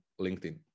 LinkedIn